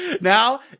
now